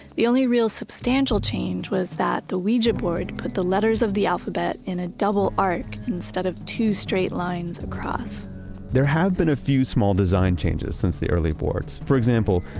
the only real substantial change was that the ouija board put the letters of the alphabet in a double arch instead of two straight lines across there have been a few small design changes since the early boards. for example,